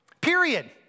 period